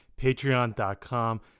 patreon.com